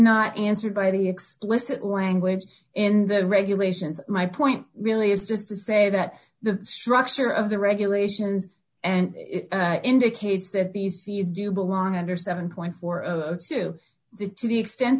not answered by the explicit language in the regulations my point really is just to say that the structure of the regulations and it indicates that these fees do belong under seven forty two the to the extent